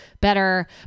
better